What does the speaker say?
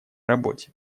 работе